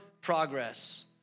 progress